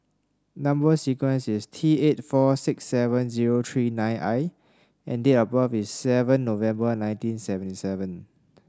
number sequence is T eight four six seven zero three nine I and date of birth is seven November nineteen seventy seven